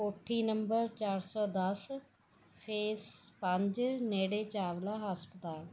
ਕੋਠੀ ਨੰਬਰ ਚਾਰ ਸੌ ਦਸ ਫੇਸ ਪੰਜ ਨੇੜੇ ਚਾਵਲਾ ਹਸਪਤਾਲ